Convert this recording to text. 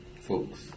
folks